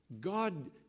God